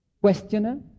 questioner